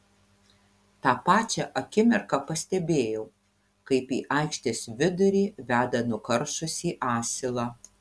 tą pačią akimirką pastebėjau kaip į aikštės vidurį veda nukaršusį asilą